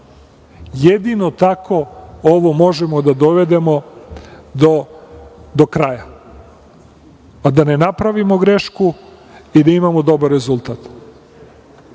Jedino tako ovo možemo da dovedemo do kraja, a da ne napravimo grešku i da imamo dobar rezultat.